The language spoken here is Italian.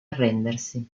arrendersi